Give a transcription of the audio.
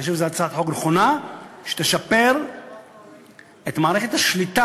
אני חושב שזו הצעת חוק נכונה שתשפר את מערכת השליטה